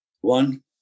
One